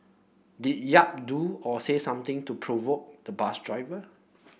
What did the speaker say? did Yap do or say something to provoke the bus driver